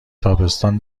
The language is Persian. تابستان